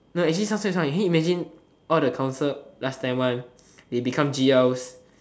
no actually sounds quite fun can you imagine all the council last time one they become g_ls